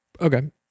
Okay